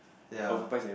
ya